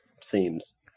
seems